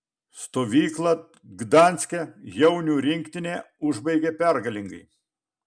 stovyklą gdanske jaunių rinktinė užbaigė pergalingai